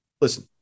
listen